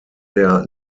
der